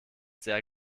sehr